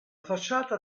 facciata